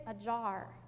ajar